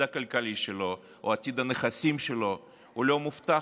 הכלכלי שלה או עתיד הנכסים שלה לא מובטח.